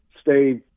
stay